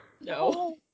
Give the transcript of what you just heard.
No